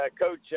Coach